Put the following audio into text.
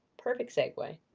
perfect segue.